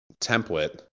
template